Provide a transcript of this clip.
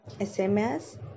SMS